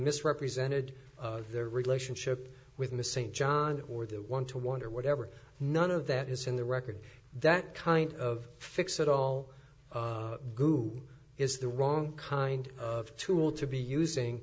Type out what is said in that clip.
misrepresented their relationship with the st john or the one to one or whatever none of that is in the record that kind of fix it all who is the wrong kind of tool to be using